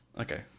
Okay